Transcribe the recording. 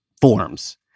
forms